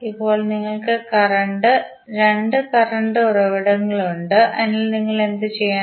ഇപ്പോൾ നിങ്ങൾക്ക് കറന്റ് രണ്ട് കറന്റ് ഉറവിടങ്ങളുണ്ട് അതിനാൽ നിങ്ങൾ എന്തുചെയ്യണം